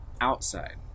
outside